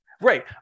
Right